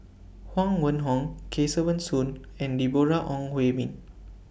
Huang Wenhong Kesavan Soon and Deborah Ong Hui Min